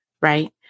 right